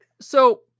So-